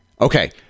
Okay